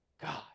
god